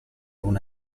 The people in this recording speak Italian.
una